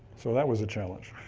so that was a challenge.